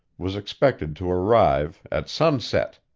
was expected to arrive at sunset.